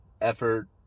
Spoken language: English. effort